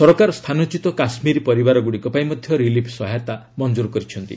ସରକାର ସ୍ଥାନଚ୍ୟୁତ କାଶ୍ମୀରୀ ପରିବାରଗୁଡ଼ିକ ପାଇଁ ମଧ୍ୟ ରିଲିଫ୍ ସହାୟତା ମଞ୍ଜୁର କରିଛନ୍ତି